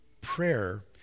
Prayer